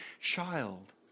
child